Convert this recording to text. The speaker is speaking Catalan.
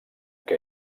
que